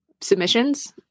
submissions